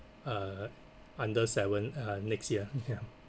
uh under seven uh next year ya